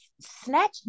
snatch